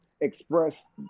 express